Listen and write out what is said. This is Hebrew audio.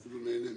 אפילו נהנה מזה.